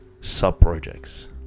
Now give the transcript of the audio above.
sub-projects